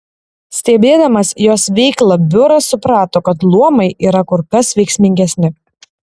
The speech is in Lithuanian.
stebėdamas jos veiklą biuras suprato kad luomai yra kur kas veiksmingesni